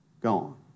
Gone